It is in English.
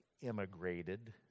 immigrated